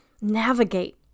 navigate